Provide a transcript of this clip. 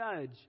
judge